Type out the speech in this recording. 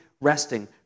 resting